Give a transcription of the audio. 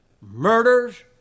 murders